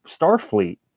Starfleet